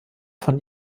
von